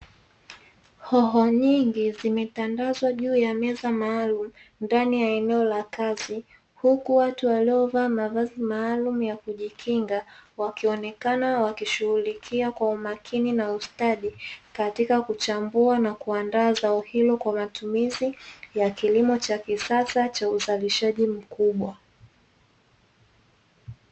Hoho nyingi zimetandazwa juu ya meza maalumu ndani ya eneo la kazi, huku watu waliovaa mavazi maalumu ya kujikinga wakionekana wakishughulikia kwa umakini na ustadi katika kuchambua na kuandaa zao hilo kwa matumizi ya kilimo cha kisasa cha uzalishaji mkubwa.